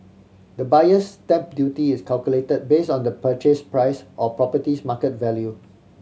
the Buyer's Stamp Duty is calculated based on the purchase price or property's market value